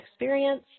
experience